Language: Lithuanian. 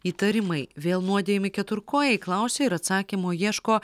įtarimai vėl nuodijami keturkojai klausia ir atsakymo ieško